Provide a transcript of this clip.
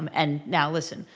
um and now listen,